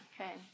Okay